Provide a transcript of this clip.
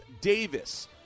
Davis